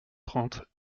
trente